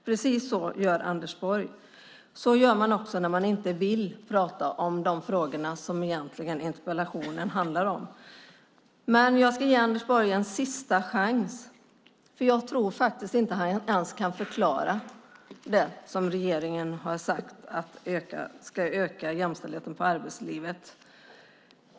Precis så gör Anders Borg. Så gör man när man inte vill tala om de frågor som interpellationen egentligen handlar om. Jag ska ge Anders Borg en sista chans, men jag tror inte att han kan förklara det som regeringen har sagt ska öka jämställdheten i arbetslivet.